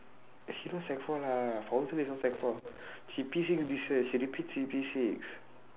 eh she not sec four lah is not sec four she P six this year she repeat P six